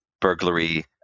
burglary